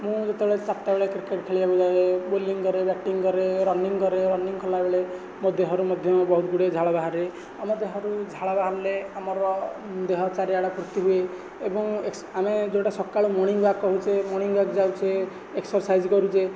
ମୁଁ ଯେତେବେଳେ ଚାରିଟା ବେଳେ କ୍ରିକେଟ୍ ଖେଳିବାକୁ ଯାଏ ବୋଲିଂ କରେ ବ୍ୟାଟିଂ କରେ ରନିଙ୍ଗ୍ କରେ ରନିଙ୍ଗ୍ କଲାବେଳେ ମୋ ଦେହରୁ ମଧ୍ୟ ବହୁତଗୁଡ଼ିଏ ଝାଳ ବାହାରେ ଆମ ଦେହରୁ ଝାଳ ବାହାରିଲେ ଆମର ଦେହ ଚାରିଆେଡ଼େ ଫୁର୍ତ୍ତି ହୁଏ ଏବଂ ଯେଉଁଟା ଆମେ ସକାଳେ ମର୍ନିଂ ୱାକ୍ କହୁଛେ ସେ ମର୍ନିଂ ୱାକ୍ ଯାଉଛେ ଏକ୍ସର୍ସାଇଜ଼୍ କରୁଛେ